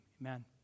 Amen